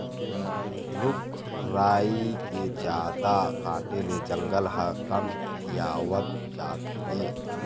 रूख राई के जादा काटे ले जंगल ह कमतियावत जात हे